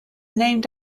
named